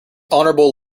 honorable